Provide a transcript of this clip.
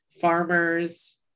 farmers